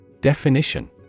Definition